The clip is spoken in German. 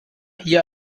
hier